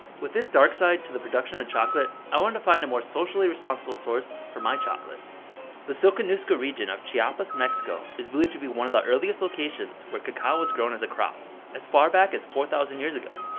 with this dark side to the production of chocolate, i want to find a more social responsible source for my chocolate the soconusco region of chiapas, mexico, is believed to be one of the earliest locations that cacao was grown as a crop as far back as four thousand years ago.